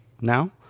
now